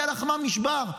מטה לחמם נשבר.